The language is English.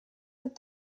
would